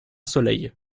soleil